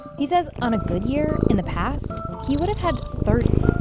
he says on a good year, in the past, he would've had thirty,